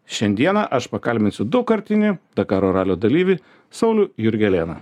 šiandieną aš pakalbinsiu daugkartinį dakaro ralio dalyvį saulių jurgelėną